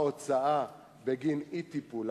ההוצאה בגין אי-טיפול,